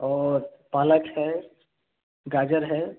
और पालक है गाजर है